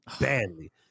Badly